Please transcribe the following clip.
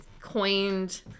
coined